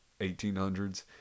1800s